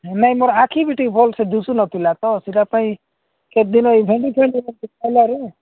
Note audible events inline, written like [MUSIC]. ନାଇଁ ମୋର ଆଖି ବି ଟିକେ ଭଲରେ ଦିଶୁ ନ ଥିଲା ତ ସେଟା ପାଇଁ କେତ ଦିନ [UNINTELLIGIBLE] ଦେଖେଇଲାରୁ